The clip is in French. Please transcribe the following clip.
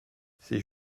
c’est